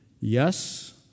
Yes